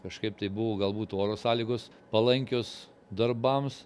kažkaip tai buvo galbūt oro sąlygos palankios darbams